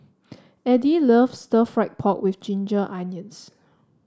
Eddie loves stir fry pork with Ginger Onions